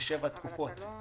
שבע תקופות.